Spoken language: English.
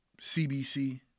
CBC